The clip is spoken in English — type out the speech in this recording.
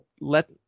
let